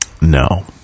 no